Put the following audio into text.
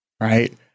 Right